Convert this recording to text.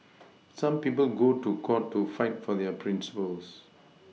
some people go to court to fight for their Principles